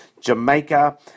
Jamaica